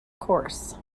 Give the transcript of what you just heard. course